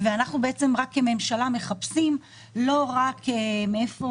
ואנחנו בעצם כממשלה מחפשים לא רק מאיפה